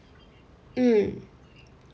mm